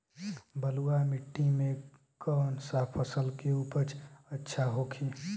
बलुआ मिट्टी में कौन सा फसल के उपज अच्छा होखी?